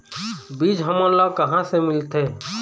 बीज हमन ला कहां ले मिलथे?